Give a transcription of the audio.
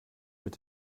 mit